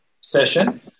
session